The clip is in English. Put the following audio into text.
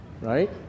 right